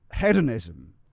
hedonism